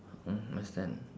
mm understand